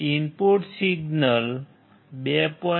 input signal 2